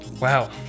Wow